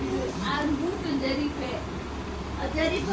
అతి తక్కువ శాతం ఛార్జీలు పడే భీమాలు గ్యారంటీ చెప్పగలరా?